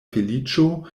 feliĉo